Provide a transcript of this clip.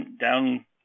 down